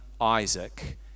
Isaac